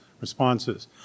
responses